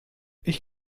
ich